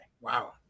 Wow